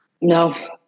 No